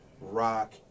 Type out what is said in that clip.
rock